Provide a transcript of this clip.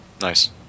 Nice